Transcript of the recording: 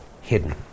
Hidden